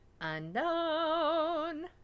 unknown